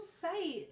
Sight